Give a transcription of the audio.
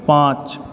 पाँच